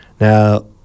Now